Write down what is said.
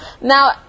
Now